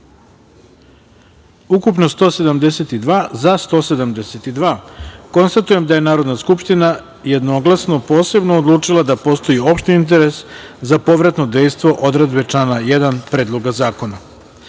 ukupno – 172, za – 172.Konstatujem da je Narodna skupština, jednoglasno, posebno odlučila da postoji opšti interes za povratno dejstvo odredbe člana 1. Predloga